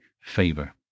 favor